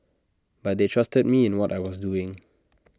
but they trusted me in what I was doing